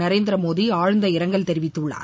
நரேந்திரமோடி ஆழ்ந்த இரங்கல் தெரிவித்துள்ளார்